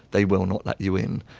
they will not let you in.